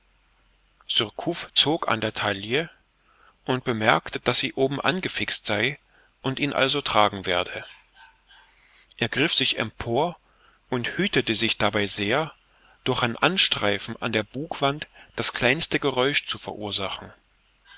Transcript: zog an der talje und bemerkte daß sie oben angefixt sei und ihn also tragen werde er griff sich empor und hütete sich dabei sehr durch ein anstreifen an der bugwand das kleinste geräusch zu verursachen